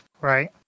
right